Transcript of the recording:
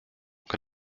que